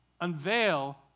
unveil